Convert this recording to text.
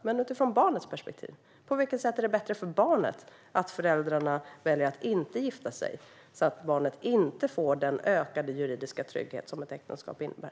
Men utifrån barnets perspektiv: På vilket sätt är det bättre för barnet att föräldrarna väljer att inte gifta sig så att barnet inte får den ökade juridiska trygghet som ett äktenskap innebär?